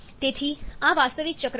તેથી આ વાસ્તવિક ચક્ર છે